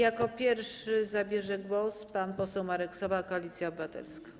Jako pierwszy zabierze głos pan poseł Marek Sowa, Koalicja Obywatelska.